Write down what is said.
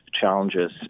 challenges